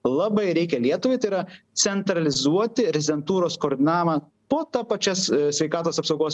labai reikia lietuvai tai yra centralizuoti rezentūros kur namą po ta pačias sveikatos apsaugos